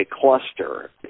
cluster